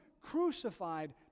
crucified